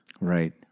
Right